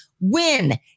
Win